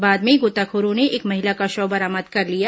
बाद में गोताखोरों ने एक महिला का शव बरामद कर लिया